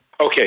Okay